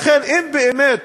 לכן, אם באמת